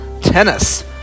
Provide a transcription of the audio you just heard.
tennis